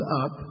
up